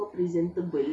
religion